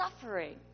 suffering